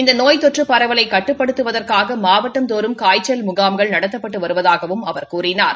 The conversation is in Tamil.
இந்த நோய் தொற்று பரவலை கட்டுப்படுத்துவதற்காக மாவட்டந்தோறும் காய்ச்சல் முகாம்கள் நடத்தப்பட்டு வருவதாகவும் அவர் கூறினார்